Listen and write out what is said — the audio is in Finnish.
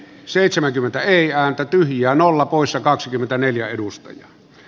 seitsemänkymmentä ei äänten janolla kuluissa kaksikymmentäneljä vastaan